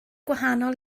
gwahanol